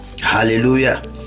Hallelujah